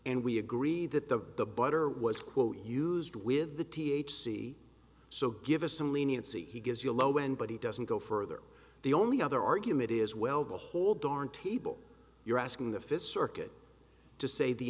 and we agree that the butter was quote used with the t h c so give us some leniency he gives you a low end but he doesn't go further the only other argument is well the whole darn table you're asking the fifth circuit to say the